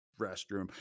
restroom